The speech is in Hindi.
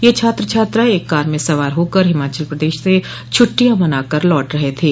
यह छात्र छात्राएं एक कार में सवार होकर हिमाचल प्रदेश से छुट्टी मनाकर लौट रहे थे